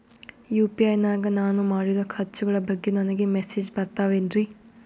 UPI ನಾಗ ನಾನು ಮಾಡಿರೋ ಖರ್ಚುಗಳ ಬಗ್ಗೆ ನನಗೆ ಮೆಸೇಜ್ ಬರುತ್ತಾವೇನ್ರಿ?